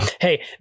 Hey